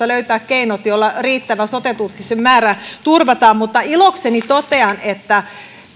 löytää keinot joilla riittävä sote tutkimuksen määrä turvataan mutta ilokseni totean että